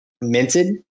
minted